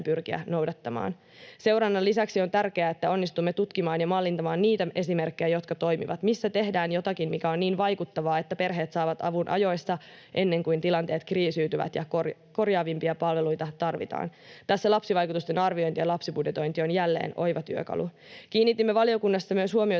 Seurannan lisäksi on tärkeää, että onnistumme tutkimaan ja mallintamaan niitä esimerkkejä, jotka toimivat, missä tehdään jotakin, mikä on niin vaikuttavaa, että perheet saavat avun ajoissa, ennen kuin tilanteet kriisiytyvät ja korjaavimpia palveluita tarvitaan. Tässä lapsivaikutusten arviointi ja lapsibudjetointi ovat jälleen oivia työkaluja. Kiinnitimme valiokunnassa myös huomiota